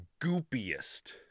goopiest